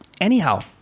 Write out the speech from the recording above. anyhow